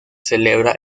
celebra